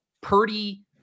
Purdy